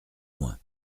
moins